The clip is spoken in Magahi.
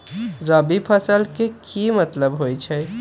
रबी फसल के की मतलब होई छई?